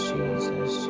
Jesus